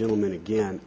gentlemen again